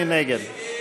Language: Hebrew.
מי נגד?